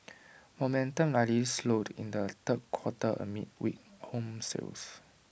momentum likely slowed in the third quarter amid weak home sales